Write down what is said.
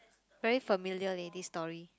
very familiar leh this story